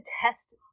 test